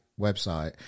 website